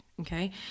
Okay